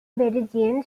berrigan